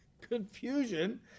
confusion